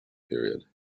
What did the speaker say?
period